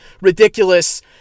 ridiculous